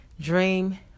dream